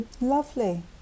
Lovely